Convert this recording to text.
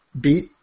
beat